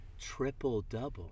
Triple-double